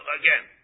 again